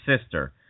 sister